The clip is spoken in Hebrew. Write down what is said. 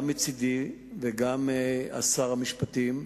גם מצדי וגם מצד שר המשפטים.